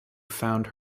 found